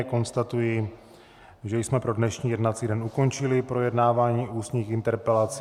Konstatuji, že jsme pro dnešní jednací den ukončili projednávání ústních interpelací.